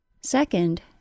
Second